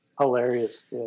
Hilarious